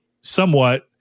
somewhat